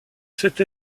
cette